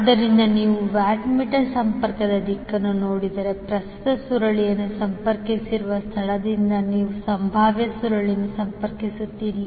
ಆದ್ದರಿಂದ ನೀವು watt meter ಸಂಪರ್ಕದ ದಿಕ್ಕನ್ನು ನೋಡಿದರೆ ಪ್ರಸ್ತುತ ಸುರುಳಿಯನ್ನು ಸಂಪರ್ಕಿಸಿರುವ ಸ್ಥಳದಿಂದ ನೀವು ಸಂಭಾವ್ಯ ಸುರುಳಿಯನ್ನು ಸಂಪರ್ಕಿಸುತ್ತೀರಿ